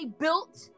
built